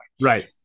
right